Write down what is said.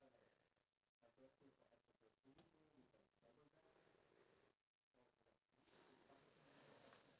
if I'm not wrong in new zealand or something so he booked an airbnb and the host was actually kind enough to